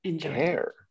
care